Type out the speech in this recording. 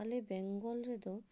ᱟᱞᱮ ᱵᱮᱝᱜᱚᱞ ᱨᱮᱫᱚ